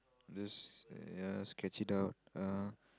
this ya sketch it out uh